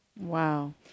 Wow